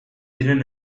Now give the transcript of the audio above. diren